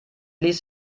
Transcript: ließ